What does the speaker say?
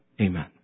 Amen